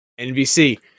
NBC